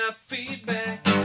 feedback